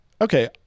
okay